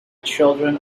children